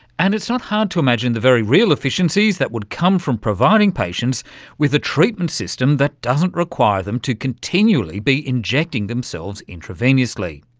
and it's not hard to imagine the very real efficiencies that would come from providing patients with a treatment system that doesn't require them to continually be injecting themselves intravenously.